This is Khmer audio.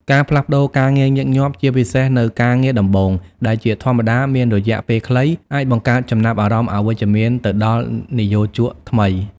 ការផ្លាស់ប្ដូរការងារញឹកញាប់ ជាពិសេសនៅ ការងារដំបូង ដែលជាធម្មតាមានរយៈពេលខ្លី អាចបង្កើតចំណាប់អារម្មណ៍អវិជ្ជមានទៅដល់និយោជកថ្មី។